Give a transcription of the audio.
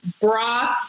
broth